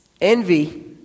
Envy